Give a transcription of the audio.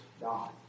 God